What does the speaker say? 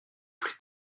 plus